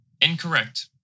Incorrect